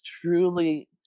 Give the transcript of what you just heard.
truly